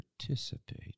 participate